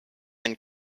and